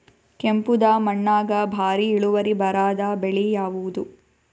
ಕೆಂಪುದ ಮಣ್ಣಾಗ ಭಾರಿ ಇಳುವರಿ ಬರಾದ ಬೆಳಿ ಯಾವುದು?